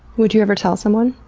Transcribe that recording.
would you ever tell someone?